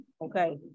okay